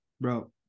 Bro